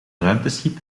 ruimteschip